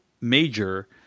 Major